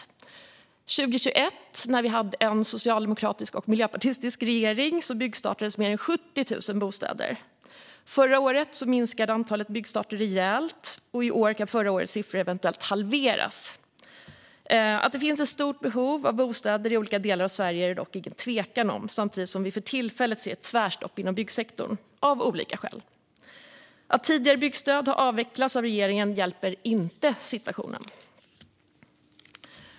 År 2021, när vi hade en socialdemokratisk och miljöpartistisk regering, byggstartades mer än 70 000 bostäder. Förra året minskade antalet byggstarter rejält, och i år kan förra årets siffror eventuellt halveras. Att det finns ett stort behov av bostäder i olika delar av Sverige är det dock ingen tvekan om, samtidigt som vi för tillfället ser ett tvärstopp inom byggsektorn, av olika skäl. Att tidigare byggstöd har avvecklats av regeringen hjälper inte situationen.